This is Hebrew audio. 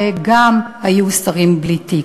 וגם היו שרים בלי תיק.